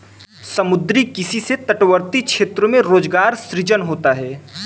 समुद्री किसी से तटवर्ती क्षेत्रों में रोजगार सृजन होता है